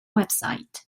website